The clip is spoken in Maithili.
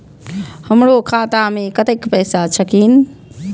हमरो खाता में कतेक पैसा छकीन?